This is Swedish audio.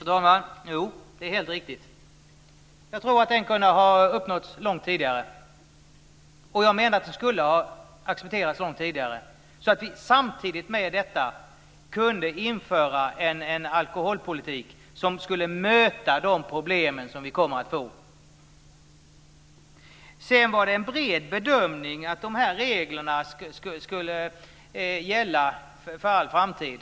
Fru talman! Jo, det är helt riktigt. Jag tror att den kunde ha uppnåtts långt tidigare. Jag menar att den skulle ha accepterats långt tidigare så att vi samtidigt med detta kunde införa en alkoholpolitik som skulle kunna möta de problem som vi kommer att få. Sedan var det en bred bedömning att de här reglerna skulle gälla för all framtid.